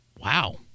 wow